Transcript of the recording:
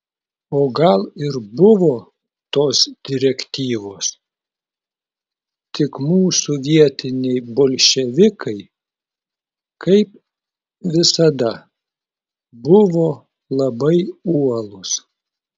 o gal ir buvo tos direktyvos tik mūsų vietiniai bolševikai kaip visada buvo labai uolūs